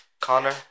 Connor